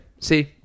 see